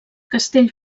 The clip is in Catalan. castell